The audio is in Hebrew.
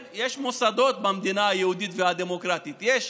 יש מוסדות במדינה היהודית והדמוקרטית, יש